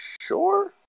Sure